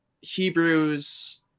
Hebrews